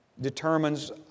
determines